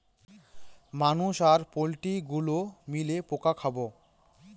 মানুষ আর পোল্ট্রি গুলো মিলে পোকা খাবো